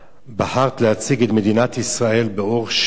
בחרת להציג את מדינת ישראל באור שלילי,